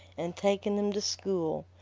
and taken them to school.